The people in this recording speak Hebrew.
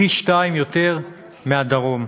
פי-שניים מבדרום.